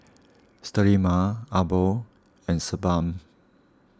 Sterimar Abbott and Sebamed